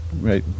right